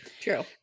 True